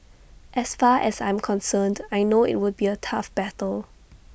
as far as I'm concerned I know IT will be A tough battle